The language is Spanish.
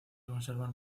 conservan